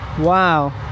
Wow